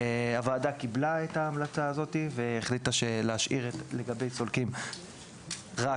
הוועדה קיבלה את ההמלצה הזאת והחליטה להשאיר לגבי סולקים רק